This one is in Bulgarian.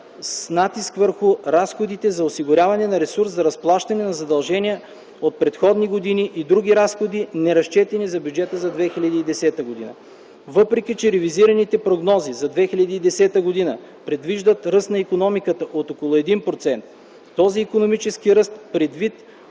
с натиск върху разходите за осигуряване на ресурс за разплащане на задължения от предходни години и други разходи, неразчетени в бюджета за 2010 г. Независимо, че ревизираните прогнози за 2010г. предвиждат ръст на икономиката от около 1%, този икономически ръст предвид